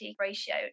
ratio